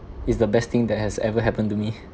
it's the best thing that has ever happened to me